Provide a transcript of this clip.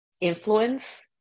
influence